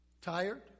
tired